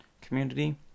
Community